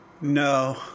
No